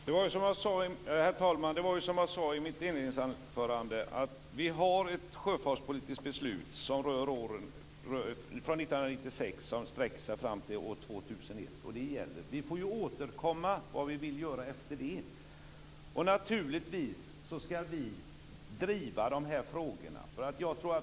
Herr talman! Vi har ett sjöfartspolitiskt beslut som rör åren 1996-2001. Vi får återkomma om vad vi vill göra därefter. Naturligtvis skall vi driva frågorna.